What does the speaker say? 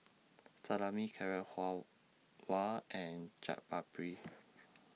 Salami Carrot Halwa and Chaat Papri